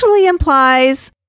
implies